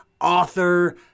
author